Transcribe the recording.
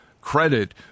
credit